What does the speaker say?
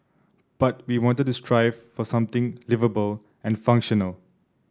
but we wanted to strive for something liveable and functional